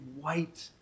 white